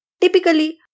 Typically